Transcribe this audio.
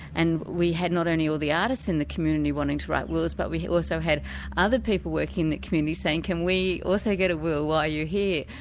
and we had not only all the artists in the community wanting to write wills, but we also had other people working in the community saying can we also get a will while you're here?